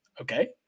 okay